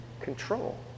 control